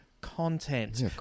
content